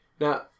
Now